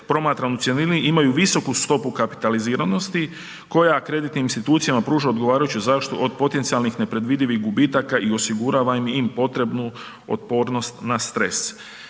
promatram u cjelini, imaju visoku stopu kapitaliziranosti koja kreditnim institucijama pruža odgovarajuću zaštitu od potencijalnih nepredvidivih gubitaka i osigurava im potrebnu otpornost na stres.